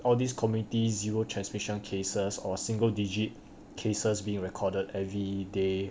all this committee zero transmission cases or single digit cases being recorded every day